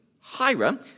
Hira